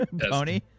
Pony